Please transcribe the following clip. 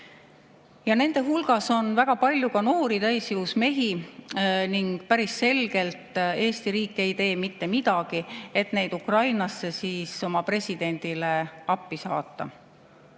Nende hulgas on väga palju noori täisjõus mehi ning päris selgelt Eesti riik ei tee mitte midagi, et neid Ukrainasse oma presidendile appi saata.